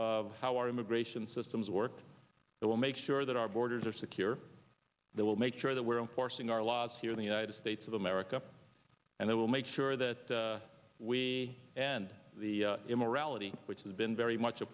of how our immigration systems work that will make sure that our borders are secure that will make sure that we're importing our lots here in the united states of america and that will make sure that we and the immorality which has been very much a